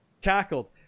Cackled